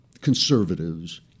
conservatives